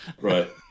Right